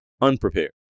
unprepared